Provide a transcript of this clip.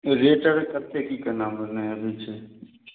rate अर कते की केना ओने अभी छै